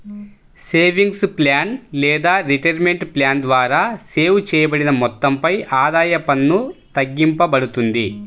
savings plan లేదా retirement plan ద్వారా save చేయబడిన మొత్తంపై ఆదాయ పన్ను తగ్గింపబడుతుంది